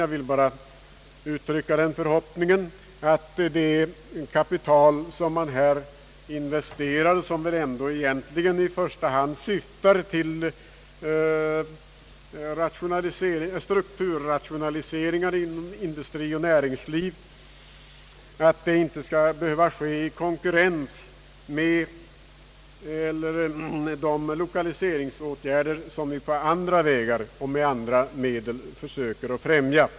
Jag vill bara uttrycka den förhoppningen att det kapital man här investerar — och som väl egentligen i första hand syftar till strukturrationalisering inom industri och näringsliv — inte skall behöva investeras i konkurrens med de lokaliseringsåtgärder som vi på andra vägar och med andra medel försöker främja.